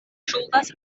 ŝuldas